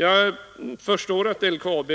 Jag förstår att LKAB